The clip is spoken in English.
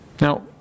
Now